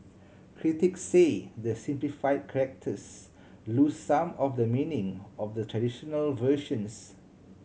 critic say the simplify characters lose some of the meaning of the traditional versions